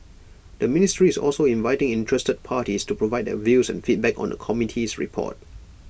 the ministry is also inviting interested parties to provide their views and feedback on the committee's report